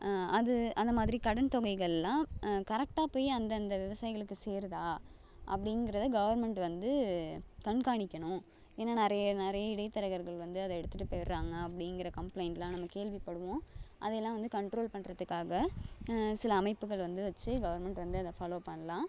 அது அந்த மாதிரி கடன் தொகைகளெலாம் கரெக்டாக போய் அந்தந்த விவசாயிகளுக்கு சேருதா அப்படிங்கறத கவர்மெண்ட் வந்து கண்காணிக்கணும் ஏன்னால் நிறைய இடைத்தரகர்கள் வந்து அதை எடுத்துகிட்டு போயிடுறாங்க அப்படிங்கற கம்ப்ளைண்ட்டெலாம் நம்ம கேள்விப்படுவோம் அதை எல்லாம் வந்து கண்ட்ரோல் பண்ணுறதுக்காக சில அமைப்புகள் வந்து வைச்சு கவர்மெண்ட் வந்து அதை ஃபாலோ பண்ணலாம்